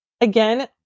again